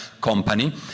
company